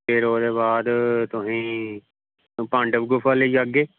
फिर ओह्दे बाद तुसें ई पांडव गुफा लेई जाह्गे